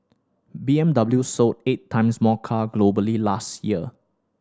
B M W sold eight times more car globally last year